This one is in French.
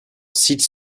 sites